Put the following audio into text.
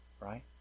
right